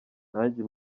nanjye